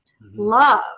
Love